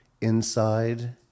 inside